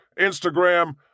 Instagram